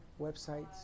websites